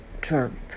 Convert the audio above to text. Trump